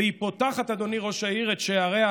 והיא פותחת, אדוני ראש העיר, את שעריה